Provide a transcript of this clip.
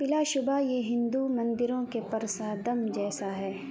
بلا شبہ یہ ہندو مندروں کے پرسادم جیسا ہے